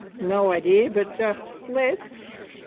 no idea. but let's.